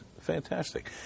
fantastic